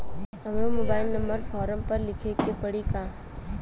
हमरो mobile number forum पर लिखे के पड़ी का?